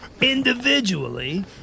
Individually